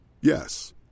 Yes